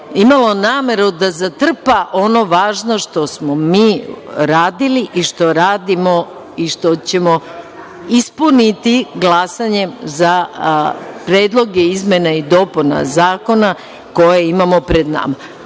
imalo nameru da zatrpa ono važno što smo mi radili i što radimo i što ćemo ispuniti glasanjem za predloge izmena i dopuna zakona koje imamo pred nama. Ako